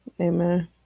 amen